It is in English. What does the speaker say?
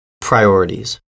priorities